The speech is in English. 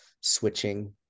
switching